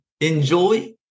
enjoy